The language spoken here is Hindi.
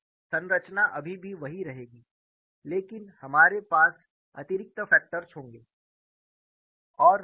मूल संरचना अभी भी वही रहेगी लेकिन हमारे पास अतिरिक्त फैक्टर्स होंगे